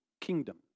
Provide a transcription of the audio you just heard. kingdom